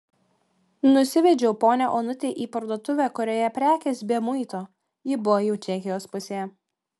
nusivedžiau ponią onutę į parduotuvę kurioje prekės be muito ji buvo jau čekijos pusėje